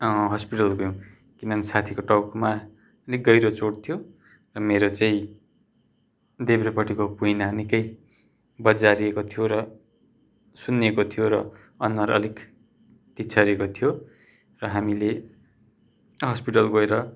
hospital गयौँ किनभने साथीको टाउकोमा अलिक गहिरो चोट थियो मेरो चाहिँ देब्रेपट्टिको कुइना निक्कै बजारिएको थियो र सुनिएको थ्यो र अनुहार अलिक तछारिएको थियो र हामीले हस्पिटल गएर